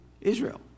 Israel